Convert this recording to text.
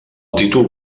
títol